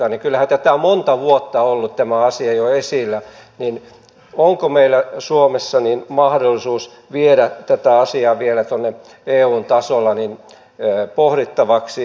kyllähän tämä asia on monta vuotta ollut jo esillä niin että onko meillä suomessa mahdollisuus viedä tätä asiaa vielä tuonne eun tasolle pohdittavaksi